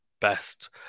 best